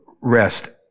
rest